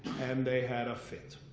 and they had a fit.